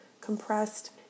compressed